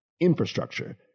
infrastructure